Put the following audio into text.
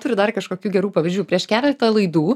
turi dar kažkokių gerų pavyzdžių prieš keletą laidų